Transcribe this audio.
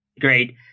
Great